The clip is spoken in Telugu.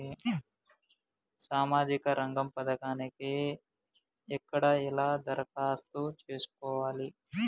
సామాజిక రంగం పథకానికి ఎక్కడ ఎలా దరఖాస్తు చేసుకోవాలి?